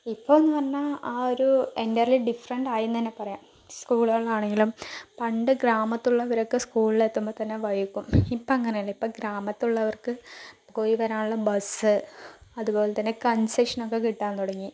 ഇപ്പോളെന്നു പറഞ്ഞാൽ ആ ഒരു എൻറ്റർലി ഡിഫറെൻറ്റ് ആയിയെന്ന് തന്നെ പറയാം സ്കൂളുകളാണെങ്കിലും പണ്ട് ഗ്രാമത്തിൽ ഉള്ളവരൊക്കെ സ്കൂളിലെത്തുമ്പോൾത്തന്നെ വൈകും ഇപ്പോൾ അങ്ങനെയല്ല ഇപ്പോൾ ഗ്രാമത്തിലുള്ളവർക്ക് പോയി വരാനുള്ള ബസ്സ് അതുപോലെ തന്നെ കൺസെഷൻ ഒക്കെ കിട്ടാൻ തുടങ്ങി